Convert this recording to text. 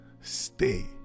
stay